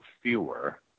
fewer